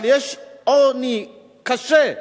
אבל יש עוני קשה.